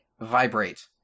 vibrate